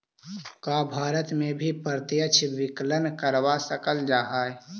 का भारत में भी प्रत्यक्ष विकलन करवा सकल जा हई?